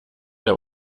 der